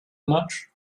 much